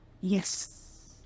yes